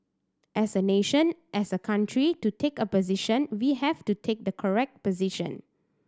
as a nation as a country to take a position we have to take the correct position